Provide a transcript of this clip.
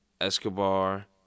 Escobar